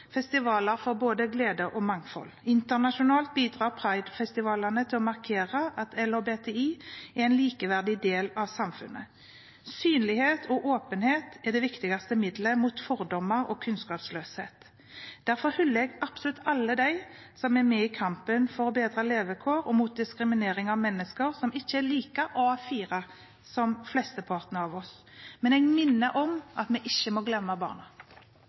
festivaler for glede og mangfold. Internasjonalt bidrar Pride-festivalene til å markere at LHBTI er en likeverdig del av samfunnet. Synlighet og åpenhet er det viktigste middelet mot fordommer og kunnskapsløshet. Derfor hyller jeg absolutt alle dem som er med i kampen for bedre levekår og mot diskriminering av mennesker som ikke er like A4 som flesteparten av oss. Men jeg minner om at vi ikke må glemme barna.